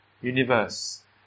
universe